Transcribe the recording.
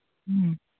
ꯎꯝ